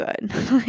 good